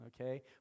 Okay